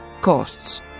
costs